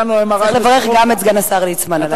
צריך לברך גם את סגן השר ליצמן על העניין.